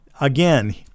again